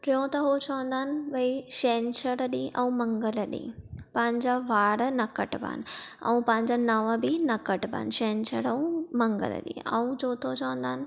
टियों त हू चवंदा आहिनि भई छंछरु ॾींहुं ऐं मंगल ॾींहुं पंहिंजा वार न कटिबा आहिनि ऐं पंहिंजा नंहुं ॿि न कटिबा आहिनि छंछरु ॾींहु ऐं मंगल ॾींहुं ऐं चोथों चवंदा आहिनि